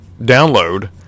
download